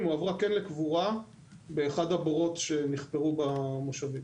הועברה לקבורה באחד הבורות שנחפרו במושבים.